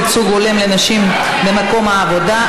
ייצוג הולם לנשים במקום העבודה),